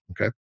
okay